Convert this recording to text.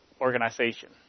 organization